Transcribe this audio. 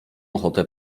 ochotę